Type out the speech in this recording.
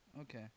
Okay